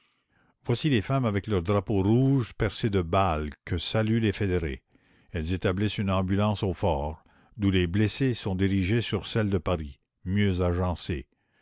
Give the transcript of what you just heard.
voici les femmes avec leur drapeau rouge percé de balles que saluent les fédérés elles établissent une ambulance au fort d'où les blessés sont dirigés sur celles de paris mieux agencées